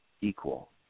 equal